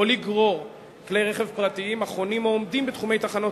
לגרור כלי רכב פרטיים החונים או עומדים בתחומי תחנות